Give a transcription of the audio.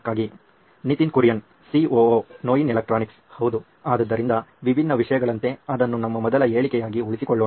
Nitin Kurian COO ನೋಯಿನ್ electronics ಹೌದು ಆದ್ದರಿಂದ ವಿಭಿನ್ನ ವಿಷಯಗಳಂತೆ ಅದನ್ನು ನಮ್ಮ ಮೊದಲ ಹೇಳಿಕೆಯಾಗಿ ಉಳಿಸಿಕೊಳ್ಳೊಣ